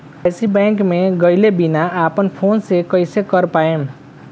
KYC bank मे गएले बिना अपना फोन से कइसे कर पाएम?